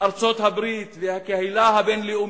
ארצות-הברית והקהילה הבין-לאומית,